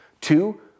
two